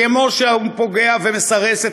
וכמו שהוא פוגע ומסרס,